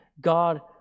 God